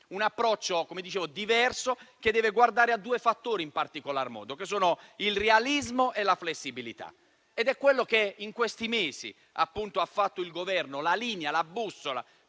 un approccio diverso, che deve guardare a due fattori in particolar modo: il realismo e la flessibilità. È quello che in questi mesi ha fatto il Governo. Questi due